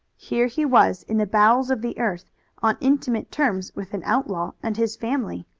here he was in the bowels of the earth on intimate terms with an outlaw and his family.